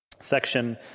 section